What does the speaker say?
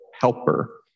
Helper